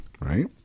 right